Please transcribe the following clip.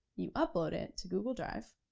you upload it to google drive,